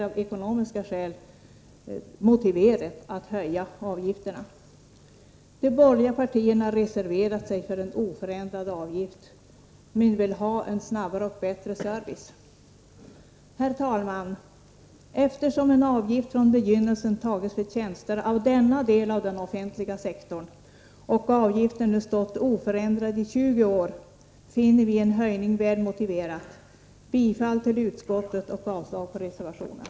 Av ekonomiska skäl är det emellertid motiverat att höja avgifterna. De borgerliga partierna har reserverat sig för en oförändrad avgift men vill ha en snabbare och bättre service. Herr talman! Eftersom en avgift från begynnelsen tagits ut för tjänster i denna del av den offentliga sektorn och avgiften nu stått oförändrad i 20 år finner vi en höjning väl motiverad. Bifall till utskottets hemställan och avslag på reservationen.